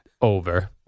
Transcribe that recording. over